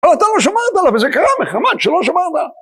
אבל אתה לא שמרת עליו וזה קרה מחמת שלא שמרת.